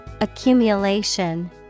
Accumulation